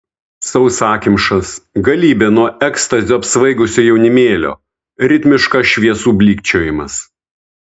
sausakimšas galybė nuo ekstazio apsvaigusio jaunimėlio ritmiškas šviesų blykčiojimas